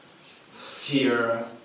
fear